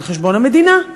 על חשבון המדינה.